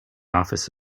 office